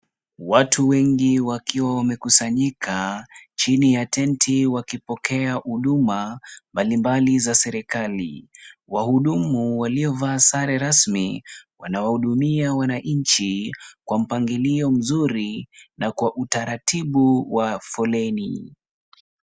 Watu wengi wakiwa wamekusanyika chini ya tenti wakipokea huduma mbalimbali za serikali. Wahudumu waliovaa sare rasmi wanawahudumia wananchi kwa mpangilio mzuri na kwa utaratibu wa foleni.